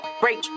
break